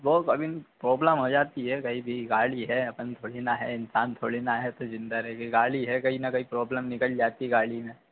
अभी प्रोब्लम हो जाती है कही भी गाड़ी है अपन थोड़ी न है इंसान थोड़ी न है इंसान थोड़ी न है तो ज़िंदा रह गई गाड़ी है कहीं न कहीं प्रोब्लम निकल जाती गाड़ी में